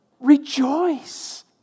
Rejoice